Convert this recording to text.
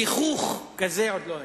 גיחוך כזה עוד לא היה.